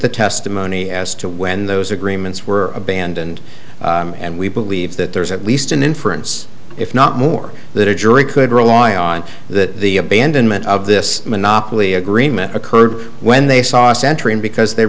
the testimony as to when those agreements were abandoned and we believe that there's at least an inference if not more that a jury could rely on that the abandonment of this monopoly agreement occurred when they saw centering because they